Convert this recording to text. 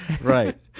Right